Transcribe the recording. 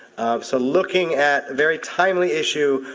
so looking at very timely issues,